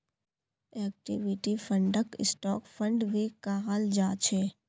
equity फंडक stock fund भी कहाल जा छे